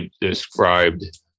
described